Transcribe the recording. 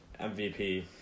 MVP